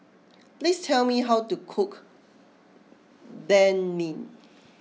please tell me how to cook Banh Mi